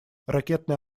ракетные